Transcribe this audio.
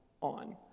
on